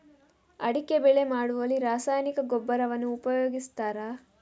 ಅಡಿಕೆ ಬೆಳೆ ಮಾಡುವಲ್ಲಿ ರಾಸಾಯನಿಕ ಗೊಬ್ಬರವನ್ನು ಉಪಯೋಗಿಸ್ತಾರ?